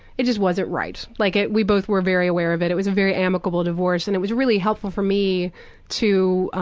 it just wasn't right, like we both were very aware of it, it was a very amicable divorce, and it was really helpful for me to